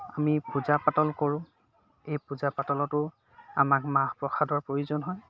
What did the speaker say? আমি পূজা পাতল কৰোঁ এই পূজা পাতলতো আমাক মাহ প্ৰসাদৰ প্ৰয়োজন হয়